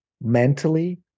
mentally